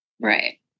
Right